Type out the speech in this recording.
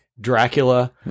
Dracula